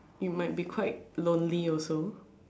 you might be quite lonely also